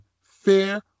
Fair